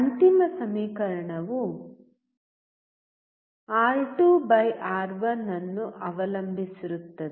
ಅಂತಿಮ ಸಮೀಕರಣವು R two R one R2R1 ಅನ್ನು ಅವಲಂಬಿಸಿರುತ್ತದೆ